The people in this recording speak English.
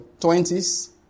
20s